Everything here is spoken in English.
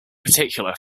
particular